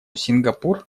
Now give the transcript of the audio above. сингапур